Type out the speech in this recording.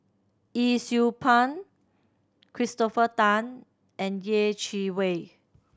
Yee Siew Pun Christopher Tan and Yeh Chi Wei